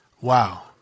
Wow